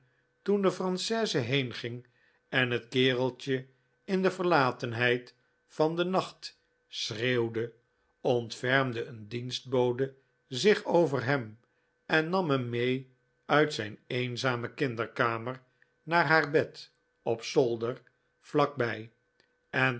toen de franchise heenging en het kereltje in de verlatenheid van den nacht schreeuwde ontfermde een dienstbode zich over hem en nam hem mee uit zijn eenzame kinderkamer naar haar bed op zolder vlak bij en